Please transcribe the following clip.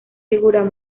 figuras